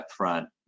upfront